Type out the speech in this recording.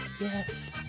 Yes